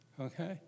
Okay